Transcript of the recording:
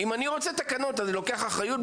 אם אני רוצה תקנות, אני לוקח אחריות?